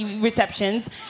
receptions